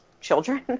children